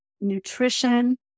Nutrition